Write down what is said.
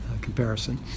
comparison